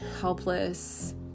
helpless